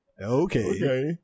Okay